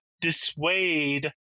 dissuade